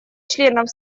членов